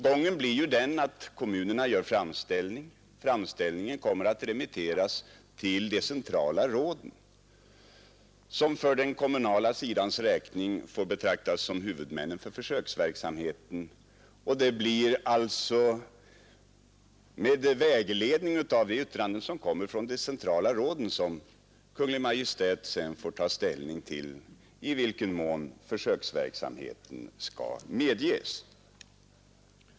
Gången blir ju den att kommunerna gör framställningar, som remitteras till de centrala råden, vilka för den kommunala sidans räkning får betraktas som huvudmän för försöksverksamheten. Det blir alltså med vägledning av de yttranden som kommer från de centrala råden som Kungl. Maj:t sedan får ta ställning till i vilken mån försöksverksamhet skall medges.